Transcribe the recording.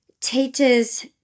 teachers